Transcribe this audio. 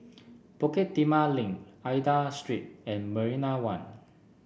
Bukit Timah Link Aida Street and Marina One